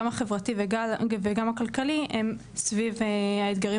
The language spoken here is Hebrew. גם החברתי וגם הכלכלי הם סביב האתגרים